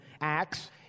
Acts